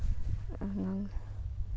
ꯑꯉꯥꯡ